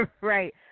Right